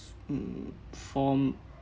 mm from